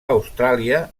austràlia